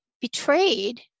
betrayed